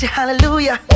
Hallelujah